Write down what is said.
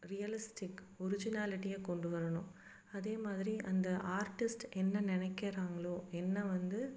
realistic ஒர்ஜினாலிட்டியை கொண்டு வரணும் அதே மாதிரி அந்த ஆர்ட்டிஸ்ட் என்ன நினைக்கிறாங்களோ என்ன வந்து